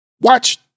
watch